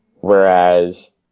whereas